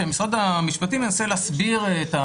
שמשרד המשפטים מנסה להסביר,